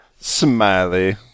smiley